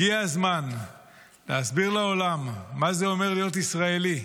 הגיע הזמן להסביר לעולם מה זה אומר להיות ישראלי.